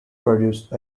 produced